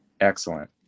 excellent